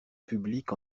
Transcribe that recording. public